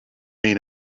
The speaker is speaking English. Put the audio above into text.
mean